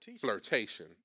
flirtation